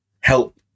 help